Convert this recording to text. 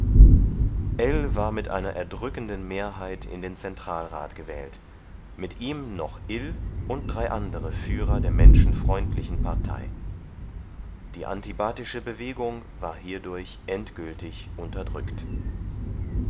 war mit einer erdrückenden mehrheit in den zentralrat gewählt mit ihm noch ill und drei andere führer der menschenfreundlichen partei die antibatische bewegung war hierdurch endgültig unterdrückt